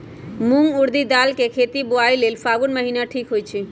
मूंग ऊरडी दाल कें खेती बोआई लेल फागुन महीना ठीक होई छै